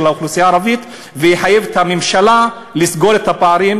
לאוכלוסייה הערבית ויחייב את הממשלה לסגור את הפערים,